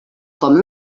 com